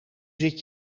zit